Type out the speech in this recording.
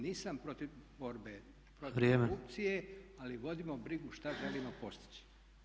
Nisam protiv borbe, protiv korupcije [[Upadica Tepeš: Vrijeme.]] ali vodimo brigu šta želimo postići.